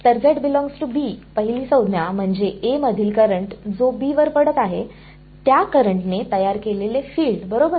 तर पहिली संज्ञा म्हणजे Aमधील करंट जो B वर पडत आहे त्या करंट ने तयार केलेले फील्ड बरोबर